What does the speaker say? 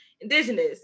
indigenous